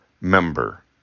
member